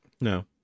No